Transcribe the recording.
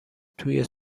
توی